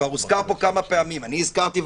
כבר הוזכר פה כמה פעמים אני הזכרתי,